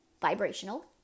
vibrational